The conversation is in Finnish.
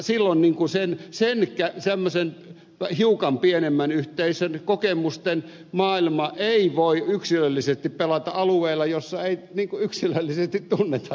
silloin kun se nyt se mikä samaisen semmoisen hiukan pienemmän yhteisön kokemusten maailma ei voi yksilöllisesti pelata alueella jolla ei yksilöllisesti tunneta toisia